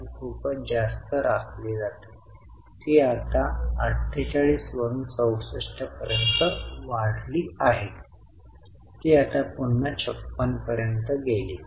आपल्याला फक्त हे माहित आहे की एकूण वाढ 34600 आणि 5000 ची आहे याचा अर्थ असा आहे की 39600 च्या खरेदीसाठी एक रोकड बँक आहे